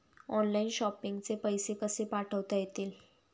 Online shopping चे पैसे कसे पाठवता येतील?